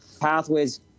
pathways